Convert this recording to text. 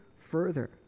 further